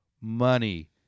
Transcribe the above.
money